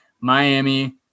Miami